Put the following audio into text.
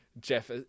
Jeff